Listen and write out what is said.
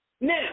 Now